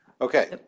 Okay